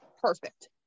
Perfect